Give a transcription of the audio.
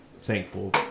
thankful